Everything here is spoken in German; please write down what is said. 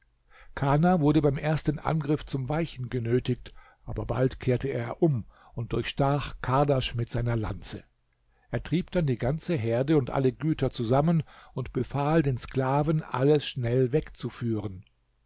kana wurde beim ersten angriff zum weichen genötigt aber bald kehrte er um und durchstach kardasch mit seiner lanze er trieb dann die ganze herde und alle güter zusammen und befahl den sklaven alles schnell wegzuführen